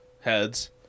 heads